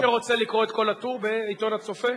ומי שרוצה לקרוא את כל הטור, בעיתון "הצופה"?